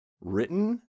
written